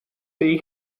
tej